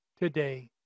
today